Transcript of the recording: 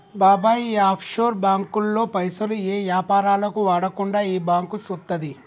బాబాయ్ ఈ ఆఫ్షోర్ బాంకుల్లో పైసలు ఏ యాపారాలకు వాడకుండా ఈ బాంకు సూత్తది